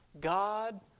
God